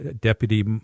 Deputy